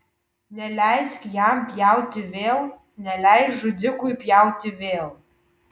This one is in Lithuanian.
neleisk jam pjauti vėl neleisk žudikui pjauti vėl